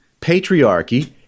patriarchy